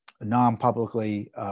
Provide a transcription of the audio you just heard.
non-publicly